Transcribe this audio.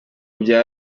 bya